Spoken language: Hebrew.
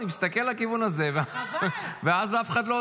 נוכחת.